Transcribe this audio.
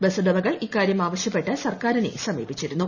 bus ഉടമകൾ ഇക്കാര്യം ആവശ്യപ്പെട്ട് സർക്കാരിനെ സമീപിച്ചിരുന്നു